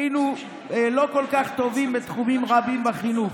היינו לא כל כך טובים בתחומים רבים בחינוך.